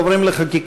אנחנו עוברים לחקיקה.